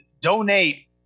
donate